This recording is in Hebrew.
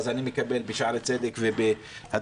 אז אני מקבל בשערי צדק ובהדסה.